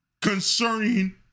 concerning